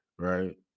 Right